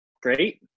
great